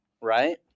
Right